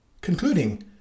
Concluding